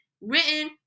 written